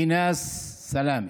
אינאס סלאמה.